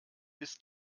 ist